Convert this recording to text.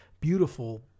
beautiful